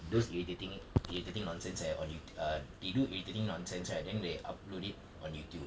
those irritating irritating nonsense eh on YouTu~ err they do irritating nonsense right then they upload it on YouTube